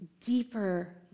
deeper